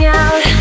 out